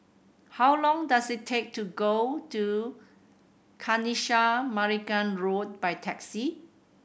how long does it take to go to Kanisha Marican Road by taxi